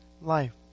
life